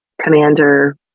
commander